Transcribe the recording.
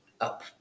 up